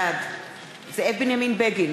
בעד זאב בנימין בגין,